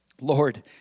Lord